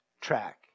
track